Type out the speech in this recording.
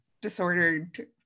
disordered